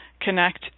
connect